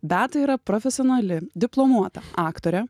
beata yra profesionali diplomuota aktorė